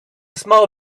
small